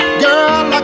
girl